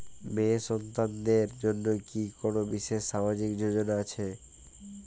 মেয়ে সন্তানদের জন্য কি কোন বিশেষ সামাজিক যোজনা আছে?